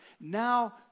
now